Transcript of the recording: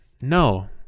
No